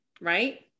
right